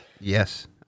Yes